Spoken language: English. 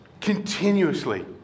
continuously